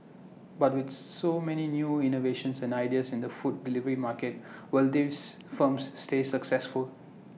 but with so many new innovations and ideas in the food delivery market will these firms stay successful